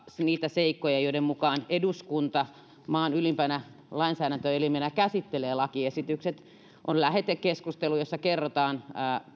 niitä seikkoja joiden mukaan eduskunta maan ylimpänä lainsäädäntöelimenä käsittelee lakiesitykset on lähetekeskustelu jossa kerrotaan